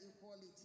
equality